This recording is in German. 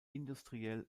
industriell